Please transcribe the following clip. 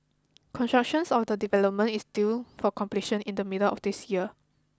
constructions of the development is due for completion in the middle of this year